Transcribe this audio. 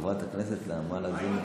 חברת הכנסת נעמה לזימי.